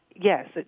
yes